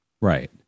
right